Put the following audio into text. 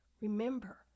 Remember